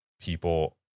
people